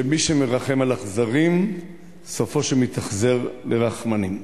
שמי שמרחם על אכזרים סופו שמתאכזר לרחמנים,